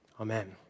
Amen